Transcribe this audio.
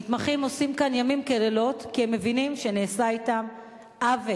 המתמחים עושים כאן לילות כימים כי הם מבינים שנעשה אתם עוול,